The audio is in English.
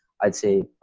i'd say,